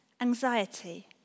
anxiety